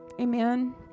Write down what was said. Amen